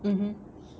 mmhmm